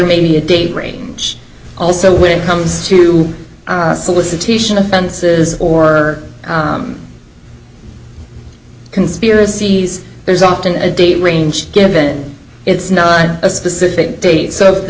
maybe a date range also when it comes to solicitation offenses or conspiracies there's often a date range given it's not a specific date so the